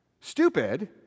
Stupid